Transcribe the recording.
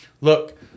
Look